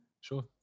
Sure